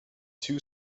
two